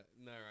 no